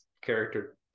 character